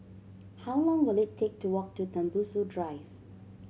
how long will it take to walk to Tembusu Drive